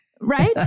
Right